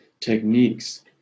techniques